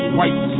white